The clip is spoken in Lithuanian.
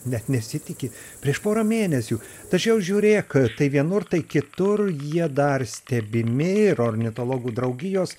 net nesitiki prieš porą mėnesių tačiau žiūrėk tai vienur tai kitur jie dar stebimi ir ornitologų draugijos